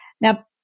Now